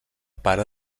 pare